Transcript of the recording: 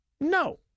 no